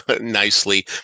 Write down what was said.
nicely